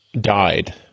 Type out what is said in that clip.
died